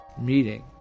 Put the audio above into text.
meeting